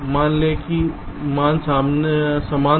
मान लें कि मान समान था